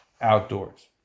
outdoors